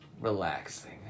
relaxing